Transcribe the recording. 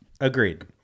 Agreed